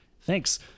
thanks